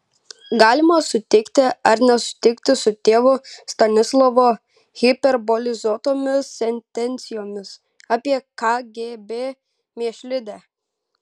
galima sutikti ar nesutikti su tėvo stanislovo hiperbolizuotomis sentencijomis apie kgb mėšlidę